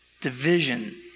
division